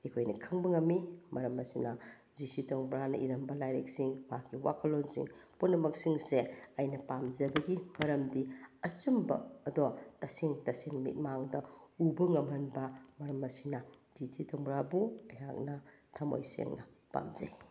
ꯑꯩꯈꯣꯏꯅ ꯈꯪꯕ ꯉꯝꯃꯤ ꯃꯔꯝ ꯑꯁꯤꯅ ꯖꯤ ꯁꯤ ꯇꯣꯡꯕ꯭ꯔꯥꯅ ꯏꯔꯝꯕ ꯂꯥꯏꯔꯤꯛꯁꯤꯡ ꯃꯍꯥꯛꯀꯤ ꯋꯥꯈꯜꯂꯣꯟꯁꯤꯡ ꯄꯨꯝꯅꯃꯛꯁꯤꯡꯁꯦ ꯑꯩꯅ ꯄꯥꯝꯖꯕꯒꯤ ꯃꯔꯝꯗꯤ ꯑꯆꯨꯝꯕ ꯑꯗꯣ ꯇꯁꯦꯡ ꯇꯁꯦꯡ ꯃꯤꯠꯃꯥꯡꯗ ꯎꯕ ꯉꯝꯍꯟꯕ ꯃꯔꯝ ꯑꯁꯤꯅ ꯖꯤ ꯁꯤ ꯇꯣꯡꯕ꯭ꯔꯥꯕꯨ ꯑꯩꯍꯥꯛꯅ ꯊꯃꯣꯏ ꯁꯦꯡꯅ ꯄꯥꯝꯖꯩ